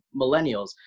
millennials